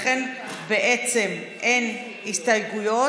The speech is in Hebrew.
לכן, בעצם, אין הסתייגויות.